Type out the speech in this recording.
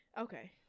Okay